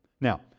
Now